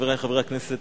חברי חברי הכנסת,